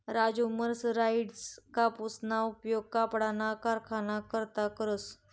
Raju mercerized कापूसना उपयोग कपडाना कारखाना करता करस